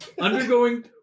Undergoing